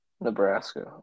Nebraska